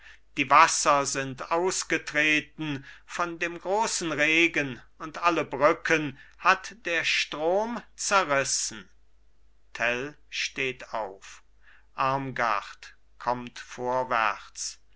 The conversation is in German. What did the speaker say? die wasser sind ausgetreten von dem grossen regen und alle brücken hat der strom zerrissen tell steht